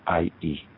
ie